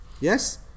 yes